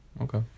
Okay